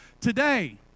today